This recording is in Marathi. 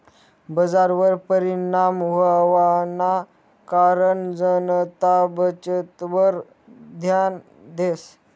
बजारवर परिणाम व्हवाना कारण जनता बचतवर ध्यान देस